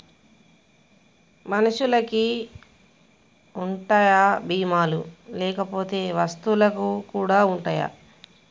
మనుషులకి ఉంటాయా బీమా లు లేకపోతే వస్తువులకు కూడా ఉంటయా?